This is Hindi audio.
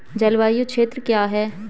जलवायु क्षेत्र क्या है?